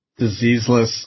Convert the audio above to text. Diseaseless